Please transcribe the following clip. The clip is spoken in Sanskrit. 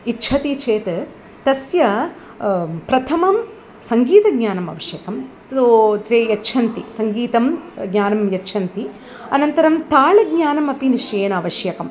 इच्छति चेत् तस्य प्रथमं सङ्गीतज्ञानम् आवश्यकं तो ते यच्छन्ति सङ्गीतज्ञानं यच्छन्ति अनन्तरं तालज्ञानमपि निश्चयेन आवश्यकम्